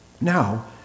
Now